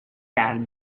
candy